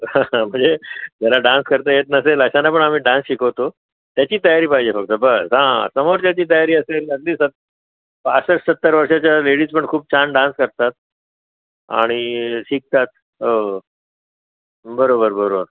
म्हणजे ज्याला डान्स करता येत नसेल अशांना पण आम्ही डान्स शिकवतो त्याची तयारी पाहिजे फक्त बस हां समोरच्याची तयारी असेल अगदी सत पासष्ट सत्तर वर्षाच्या लेडीज पण खूप छान डान्स करतात आणि शिकतात हो बरोबर बरोबर